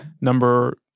number